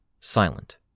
silent